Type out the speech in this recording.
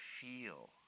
feel